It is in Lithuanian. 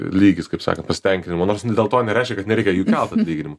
lygis kaip sakant pasitenkinimo nors dėl to nereiškia kad nereikia kelt atlyginimų